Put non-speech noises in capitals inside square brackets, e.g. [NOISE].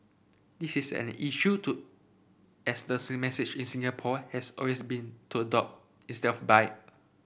this is an issue to as the [UNINTELLIGIBLE] message in Singapore has always been to adopt instead of buy